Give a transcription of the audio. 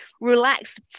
relaxed